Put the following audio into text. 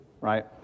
right